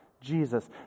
Jesus